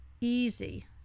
easy